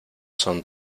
son